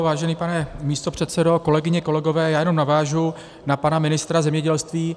Vážený pane místopředsedo, kolegyně, kolegové, já jenom navážu na pana ministra zemědělství.